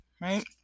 Right